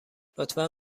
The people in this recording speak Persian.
لطفا